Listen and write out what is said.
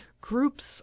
groups